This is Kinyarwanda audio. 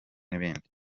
n’ibindi